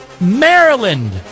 Maryland